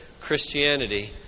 Christianity